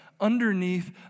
Underneath